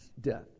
death